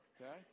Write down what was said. okay